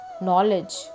knowledge